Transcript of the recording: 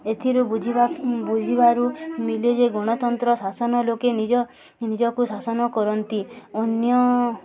ଏଥିରୁ ବୁଝିବା ବୁଝିବାରୁ ମିଲେ ଯେ ଗଣତନ୍ତ୍ର ଶାସନ ଲୋକେ ନିଜ ନିଜକୁ ଶାସନ କରନ୍ତି ଅନ୍ୟ